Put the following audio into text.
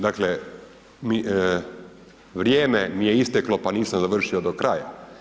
Dakle, vrijeme mi je isteklo pa nisam završio do kraja.